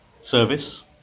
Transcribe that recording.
service